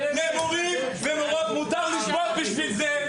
למורים ומורות מותר לשבות בשביל זה.